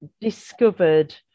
discovered